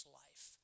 life